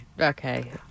Okay